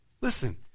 Listen